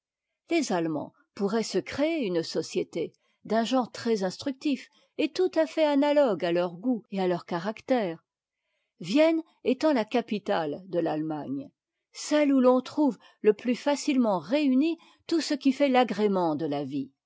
les allemands pourraient se créer une société d'un genre très instructif et tout à fait analogue à leurs goûts et à leur caractère vienne étant la capitale de l'allemagne celle où l'on trouve le plus facilement réuni tout ce qui fait l'agrément de la vie